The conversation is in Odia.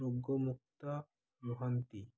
ରୋଗମୁକ୍ତ ରୁହନ୍ତି